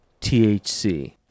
THC